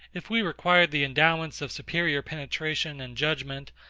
if we required the endowments of superior penetration and judgement,